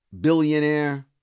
Billionaire